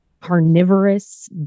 carnivorous